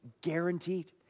Guaranteed